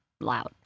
loud